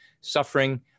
suffering